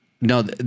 No